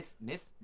Miss